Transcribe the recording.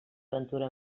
ventura